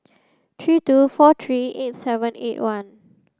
three two four three eight seven eight one